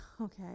Okay